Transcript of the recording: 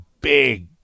big